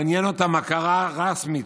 מעניינת אותם הכרה רשמית,